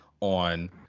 on